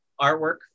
artwork